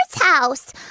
house